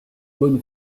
bonne